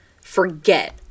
forget